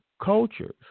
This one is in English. cultures